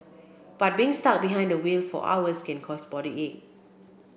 but being stuck behind the wheel for hours can cause body ache